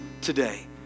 today